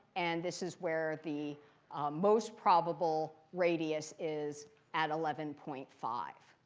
and this is where the most probable radius is at eleven point five.